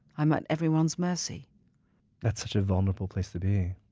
i'm at everyone's mercy that's such a vulnerable place to be